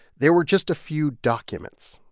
there were just a few documents.